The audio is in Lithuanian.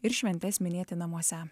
ir šventes minėti namuose